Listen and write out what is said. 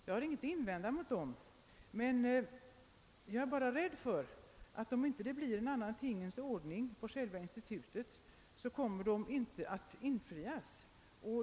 Jag har ingenting att invända mot dem men jag är bara rädd för att om det inte blir en annan tingens ordning på själva institutet, kommer dessa planer inte att infrias.